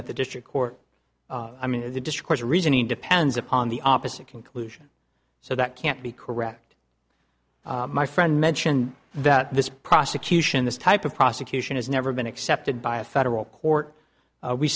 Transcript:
of the district court i mean the discourse reasoning depends upon the opposite conclusion so that can't be correct my friend mentioned that this prosecution this type of prosecution has never been accepted by a federal court